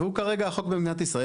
והוא כרגע החוק המדינת ישראל.